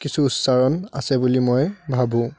কিছু উচ্চাৰণ আছে বুলি মই ভাবোঁ